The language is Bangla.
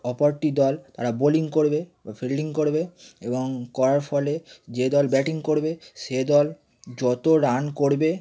অপরটি দল তারা বোলিং করবে ও ফিল্ডিং করবে এবং করার ফলে যে দল ব্যাটিং করবে সে দল যত রান করবে